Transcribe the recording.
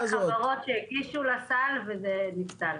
היו חברות שהגישו לסל, וזה נפסל.